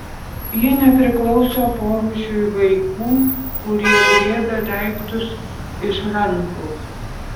ji nepriklauso porūšiui vaikų kurie griebia daiktus iš rankų